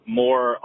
more